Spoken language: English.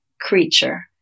creature